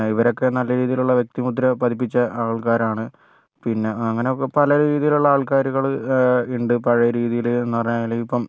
ഇവരൊക്കെ നല്ല രീതിയിലുള്ള വ്യക്തിമുദ്ര പതിപ്പിച്ച ആൾക്കാരാണ് പിന്നെ അങ്ങനൊക്കെ പല രീതിയിലുള്ള ആൾക്കാരുകള് ഉണ്ട് പഴയ രീതിയില് എന്ന് പറഞ്ഞാല് ഇപ്പം